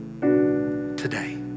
today